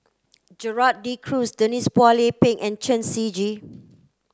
Gerald De Cruz Denise Phua Lay Peng and Chen Shiji